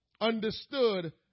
understood